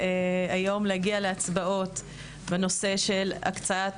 היום להגיע להצבעות בנושא של הקצאה